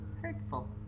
Hurtful